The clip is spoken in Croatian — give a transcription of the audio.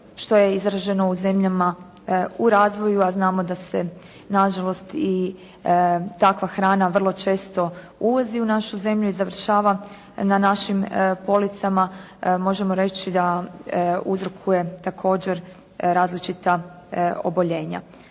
što je izraženo u zemljama u razvoju, a znamo da se nažalost i takva hrana vrlo često uvozi u našu zemlju i završava na našim policama, možemo reći da uzrokuje također različita oboljenja.